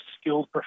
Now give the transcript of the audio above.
skilled